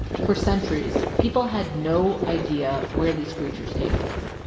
for centuries, people had no idea where these creatures came from.